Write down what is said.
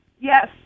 Yes